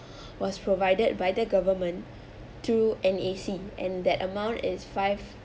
was provided by the government through N_A_C and that amount is five